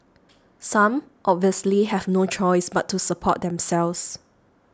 some obviously have no choice but to support themselves